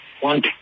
One